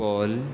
call